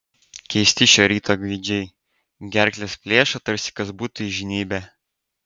keisti šio ryto gaidžiai gerkles plėšo tarsi kas būtų įžnybę